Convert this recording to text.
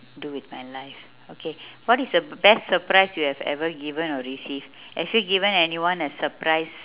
do with my life okay what is the best surprise you have ever given or received have you given anyone a surprise